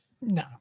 No